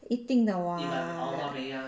一定的 [what]